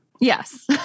Yes